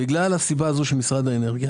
בגלל הסיבה הזאת של ההעברה של משרד האנרגיה,